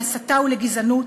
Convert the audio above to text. להסתה ולגזענות,